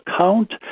account